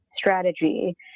strategy